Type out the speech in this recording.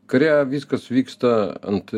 kare viskas vyksta ant